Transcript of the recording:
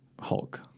Hulk